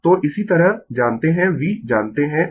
तो इसी तरह जानते है v जानते है ω